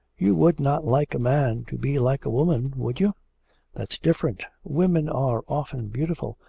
you would not like a man to be like a woman, would you that's different. women are often beautiful,